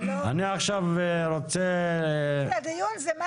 אני עכשיו רוצה --- הדיון זה מה